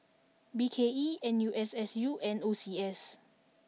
B K E N U S S U and O C S